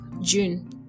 June